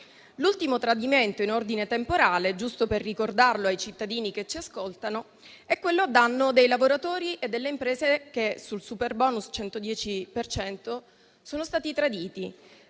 L'ultimo tradimento in ordine temporale, giusto per ricordarlo ai cittadini che ci ascoltano, è quello a danno dei lavoratori e delle imprese che, sul superbonus 110 per cento, sono stati traditi